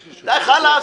די, חלאס.